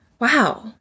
wow